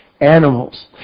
animals